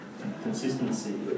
consistency